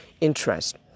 interest